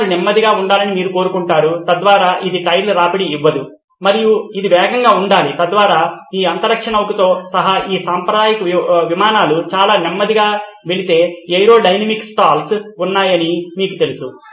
చక్రాలు నెమ్మదిగా ఉండాలని మీరు కోరుకుంటారు తద్వారా ఇది టైర్లకు రాపిడి ఇవ్వదు మరియు ఇది వేగంగా ఉండాలి తద్వారా ఈ అంతరిక్ష నౌకతో సహా ఈ సాంప్రదాయిక విమానాలు చాలా నెమ్మదిగా వెళితే ఏరోడైనమిక్స్ స్టాల్స్ ఉన్నాయని మీకు తెలుసు